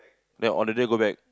then on that day go back